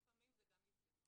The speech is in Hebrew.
לפעמים זה גם ניסיונות,